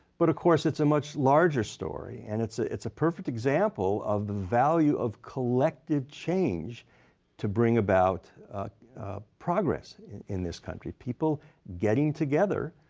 but, of course, it's a much larger story. and it's ah it's a perfect example of the value of collective change to bring about progress in this country, people getting together